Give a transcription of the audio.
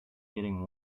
getting